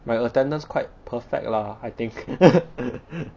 my attendance quite perfect lah I think